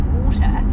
water